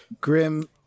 Grim